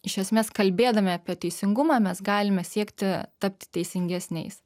iš esmės kalbėdami apie teisingumą mes galime siekti tapti teisingesniais